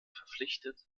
verpflichtet